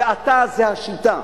ואתה זה השיטה.